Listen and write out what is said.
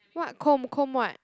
what comb comb what